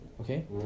okay